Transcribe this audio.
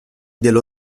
dello